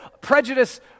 prejudice